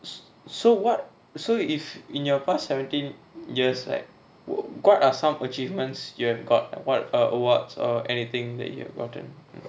so so what so in in your past seventeen years right what are some achievements you have got what awards or anything you have gotten